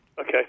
Okay